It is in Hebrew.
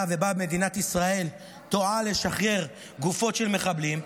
שמדינת ישראל טועה לשחרר גופות של מחבלים.